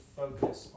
focus